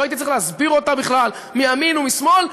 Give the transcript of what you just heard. לא הייתי צריך להסביר אותה בכלל מימין ומשמאל,